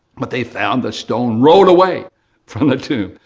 but they found the stone rolled away from the tomb.